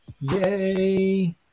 Yay